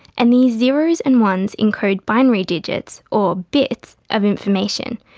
and these zeros and ones encode binary digits or bits of information,